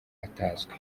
atazwi